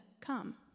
Come